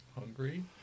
Hungry